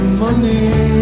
money